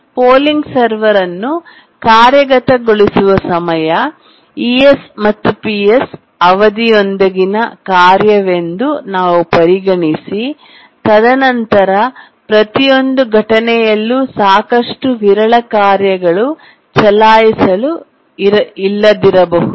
polling server ಅನ್ನು ಕಾರ್ಯಗತಗೊಳಿಸುವ ಸಮಯ es ಮತ್ತು Ps ಅವಧಿಯೊಂದಿಗಿನ ಕಾರ್ಯವೆಂದು ನಾವು ಪರಿಗಣಿಸಿ ತದನಂತರ ಪ್ರತಿಯೊಂದು ಘಟನೆಯಲ್ಲೂ ಸಾಕಷ್ಟು ವಿರಳ ಕಾರ್ಯಗಳು ಚಲಾಯಿಸಲು ಇಲ್ಲದಿರಬಹುದು